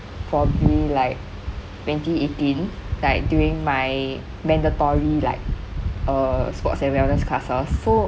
probably like twenty eighteen like during my mandatory like uh sports and wellness classes so